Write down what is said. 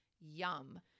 Yum